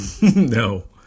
no